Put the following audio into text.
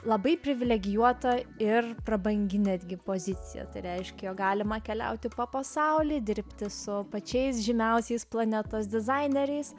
labai privilegijuota ir prabangi netgi pozicija tai reiškia jog galima keliauti po pasaulį dirbti su pačiais žymiausiais planetos dizaineriais